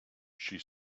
she